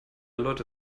leute